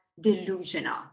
delusional